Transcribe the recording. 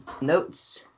notes